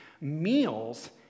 Meals